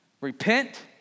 Repent